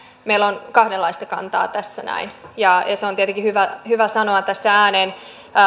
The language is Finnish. meillä on kahdenlaista kantaa tässä näin ja se on tietenkin hyvä hyvä sanoa tässä ääneen